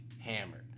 hammered